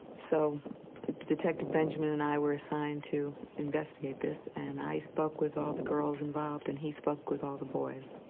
so detective benjamin and i were assigned to investigate this. and i spoke with all the girls involved. and he spoke with all the boys.